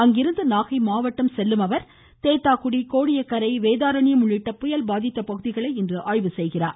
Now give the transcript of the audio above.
அங்கிருந்து நாகை மாவட்டம் செல்லும் அவர் தேத்தாக்குடி கோடியக்கரை வேதாரண்யம் உள்ளிட்ட புயல் பாதித்த பகுதிகளை இன்று ஆய்வு செய்கிறார்